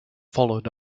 followed